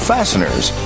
Fasteners